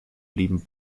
blieben